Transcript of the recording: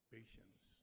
Patience